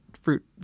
fruit